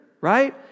right